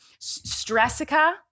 Stressica